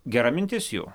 gera mintis jų